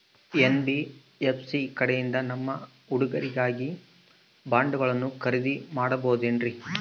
NBFC ಕಡೆಯಿಂದ ನಮ್ಮ ಹುಡುಗರಿಗಾಗಿ ಬಾಂಡುಗಳನ್ನ ಖರೇದಿ ಮಾಡಬಹುದೇನ್ರಿ?